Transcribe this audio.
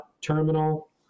terminal